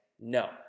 no